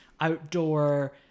Outdoor